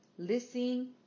listening